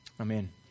Amen